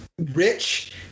rich